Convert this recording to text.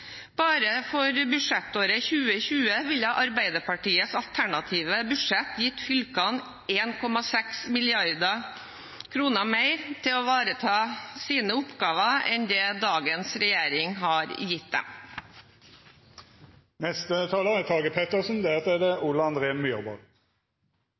Bare for budsjettåret 2020 ville Arbeiderpartiets alternative budsjett ha gitt fylkene 1,6 mrd. kr mer til å ivareta sine oppgaver enn det dagens regjering har gitt